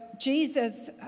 Jesus